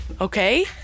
okay